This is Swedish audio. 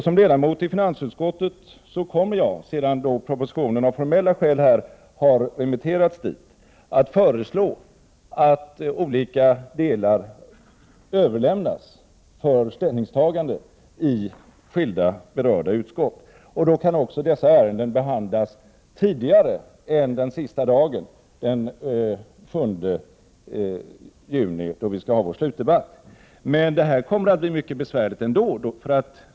Som ledamot av finansutskottet kommer jag, sedan propositionen av formella skäl har remitterats dit, att föreslå att olika delar överlämnas för ställningstagande i Prot. 1988/89:104 berörda utskott. Då kan också dessa ärenden behandlas tidigare än den sista arbetsdagen, den 7 juni, då vi skall ha vår slutdebatt. Det kommer dock att bli mycket besvärligt ändå.